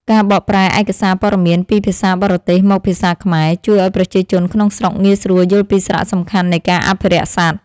ការបកប្រែឯកសារព័ត៌មានពីភាសាបរទេសមកភាសាខ្មែរ ជួយឱ្យប្រជាជនក្នុងស្រុកងាយស្រួលយល់ពីសារៈសំខាន់នៃការអភិរក្សសត្វ។